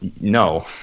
no